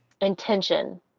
intention